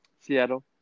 Seattle